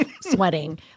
sweating